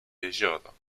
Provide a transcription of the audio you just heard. jezioro